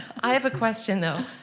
i have a question, though.